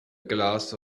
glass